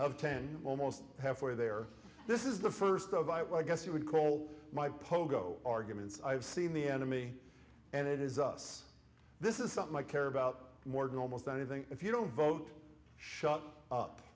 of ten almost halfway there this is the first of i guess you would call my pogo arguments i've seen the enemy and it is us this is something i care about more than almost anything if you don't vote shut up